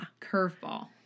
Curveball